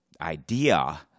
idea